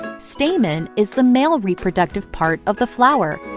stamen is the male reproductive part of the flower.